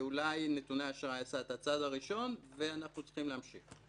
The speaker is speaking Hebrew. אולי אשראי הוגן עשה את הצעד הראשון ואנחנו צריכים להמשיך.